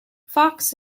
fox